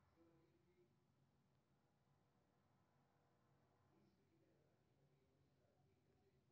विलय के बाद एखन देश मे सार्वजनिक बैंकक संख्या बारह रहि गेल छै